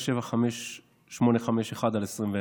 775851/21,